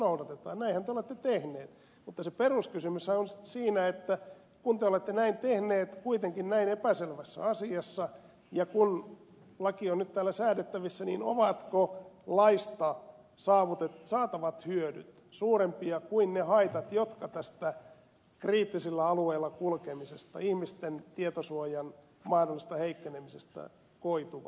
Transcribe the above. näinhän te olette tehnyt mutta se peruskysymyshän on siinä kun te näin olette tehnyt kuitenkin näin epäselvässä asiassa ja kun laki on nyt täällä säädettävissä niin ovatko laista saatavat hyödyt suurempia kuin ne haitat jotka tästä kriittisillä alueilla kulkemisesta ihmisten tietosuojan mahdollisesta heikkenemisestä koituvat